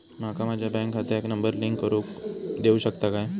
माका माझ्या बँक खात्याक नंबर लिंक करून देऊ शकता काय?